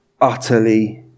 utterly